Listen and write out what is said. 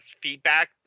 feedback